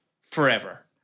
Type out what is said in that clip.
forever